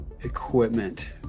equipment